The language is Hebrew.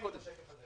השקף הקודם.